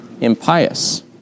impious